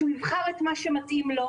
שהוא יבחר את מה שמתאים לו.